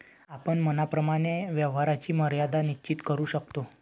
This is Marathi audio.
आपण मनाप्रमाणे व्यवहाराची मर्यादा निश्चित करू शकतो